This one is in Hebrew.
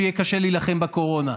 שיהיה קשה להילחם בקורונה?